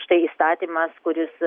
štai įstatymas kuris